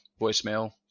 voicemail